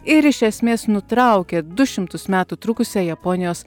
ir iš esmės nutraukė du šimtus metų trukusią japonijos